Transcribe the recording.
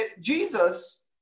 Jesus